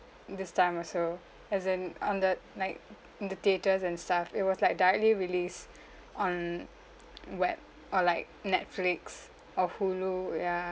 this time also as in on that night in the theaters and stuff it was like directly released on web or like netflix or hulu ya